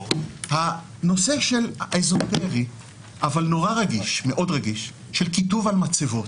נושא אזוטרי אבל מאוד רגיש של כיתוב על מצבות.